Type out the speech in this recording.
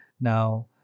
Now